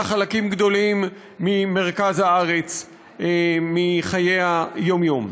חלקים גדולים ממרכז הארץ מחיי היום-יום.